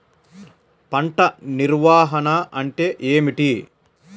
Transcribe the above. పంట నిర్వాహణ అంటే ఏమిటి?